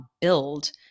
build